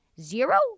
zero